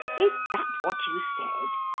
is that what you said?